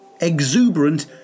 exuberant